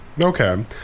Okay